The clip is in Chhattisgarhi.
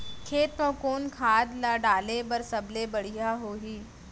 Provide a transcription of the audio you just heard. खेत म कोन खाद ला डाले बर सबले बढ़िया होही?